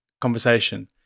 conversation